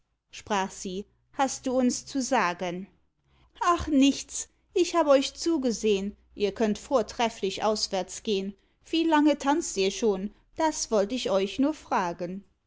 sprach sie hast du uns zu sagen ach nichts ich hab euch zugesehn ihr könnt vortrefflich auswärts gehn wie lange tanzt ihr schon das wollt ich euch nur fragen